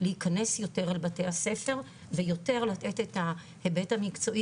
להיכנס יותר אל בתי הספר ויותר לתת את ההיבט המקצועי